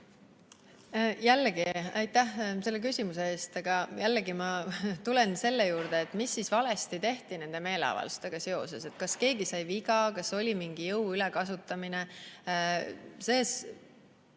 juhina? Aitäh selle küsimuse eest! Aga jällegi, ma tulen selle juurde, mis siis valesti tehti nende meeleavaldustega seoses. Kas keegi sai viga, kas oli mingi jõu ülekasutamine?